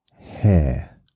hair